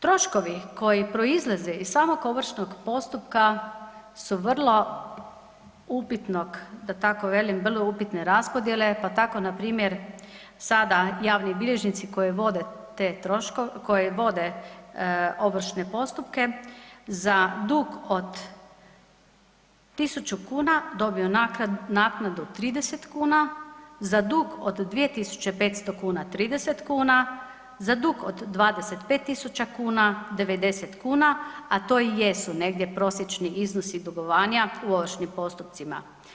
Troškovi koji proizlaze iz samog ovršnog postupka su vrlo upitnog, da tako velim, vrlo upitne raspodjele, pa tako na primjer sada javni bilježnici koji vode te troškove, koji vode ovršne postupke za dug od 1.000,00 kuna dobiju naknadu 30,00 kuna, za dug od 2.500,00 kuna 30,00 kuna, za dug od 25.000,00 kuna 90,00 kuna, a to i jesu negdje prosječni iznosi dugovanja u ovršnim postupcima.